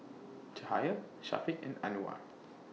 Cahaya Syafiq and Anuar